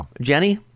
Jenny